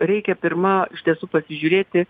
reikia pirma iš tiesų pasižiūrėti